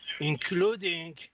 including